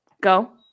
Go